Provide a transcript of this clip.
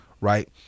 Right